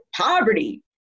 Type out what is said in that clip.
poverty